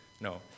No